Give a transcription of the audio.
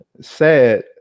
sad